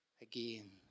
again